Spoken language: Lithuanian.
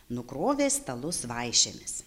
nukrovė stalus vaišėmis